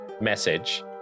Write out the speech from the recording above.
message